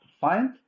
find